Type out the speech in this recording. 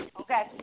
Okay